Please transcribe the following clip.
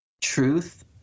truth